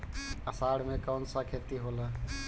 अषाढ़ मे कौन सा खेती होला?